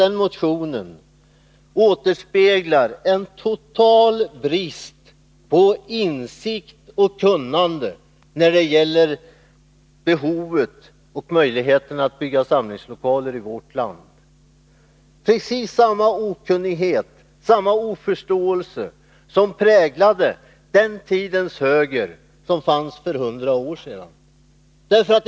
Den motionen återspeglar en total brist på insikt och kunnande när det gäller behovet och möjligheterna att bygga samlingslokaler i vårt land. Det är precis samma okunnighet och oförståelse som präglade den höger som fanns för hundra år sedan.